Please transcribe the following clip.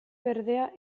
berdea